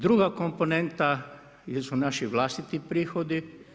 Druga komponenta jesu naši vlastiti prihodi.